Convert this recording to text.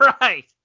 right